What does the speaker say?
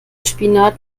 spinat